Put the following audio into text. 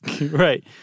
Right